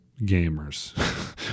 gamers